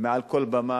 מעל כל במה,